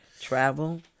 travel